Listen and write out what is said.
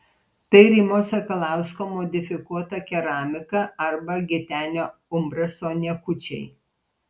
tai rimo sakalausko modifikuota keramika arba gitenio umbraso niekučiai